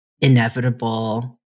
inevitable